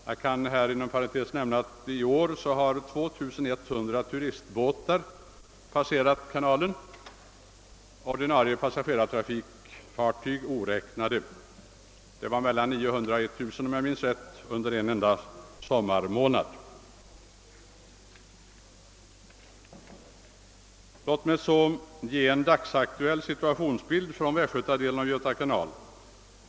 Jag kan inom parentes nämna att i år har 2100 turistbåtar passerat kanalen, ordinarie passagerarfartyg oräknade. Om jag minns rätt passerade mellan 900 och 1 000 turistbåtar under en enda sommarmånad. Låt mig så ge en dagsaktuell situationsbild från västgötadelen av Göta kanal.